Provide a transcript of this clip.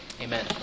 Amen